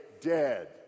dead